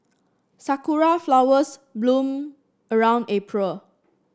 sakura flowers bloom around April